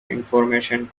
information